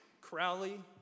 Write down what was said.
Crowley